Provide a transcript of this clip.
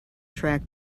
track